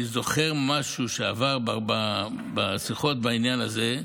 אני זוכר משהו שעבר בשיחות בעניין הזה,